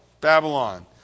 Babylon